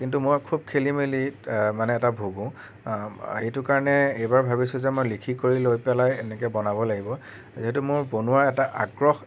কিন্তু মই খুব খেলিমেলিত মানে এটা ভোগোঁ এইটো কাৰণে এইবাৰ ভাবিছোঁ যে মই লিখি কৰি লৈ পেলাই এনেকৈ বনাব লাগিব যিহেতু মোৰ বনোৱাৰ এটা আগ্ৰহ